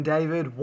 David